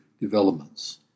developments